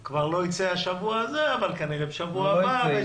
זה כבר לא ייצא השבוע אבל כנראה בשבוע הבא.